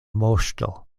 moŝto